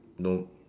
no